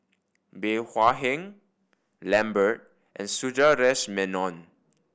Bey Hua Heng Lambert and Sundaresh Menon